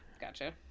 gotcha